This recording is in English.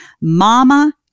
Mama